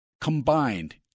combined